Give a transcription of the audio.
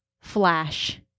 flash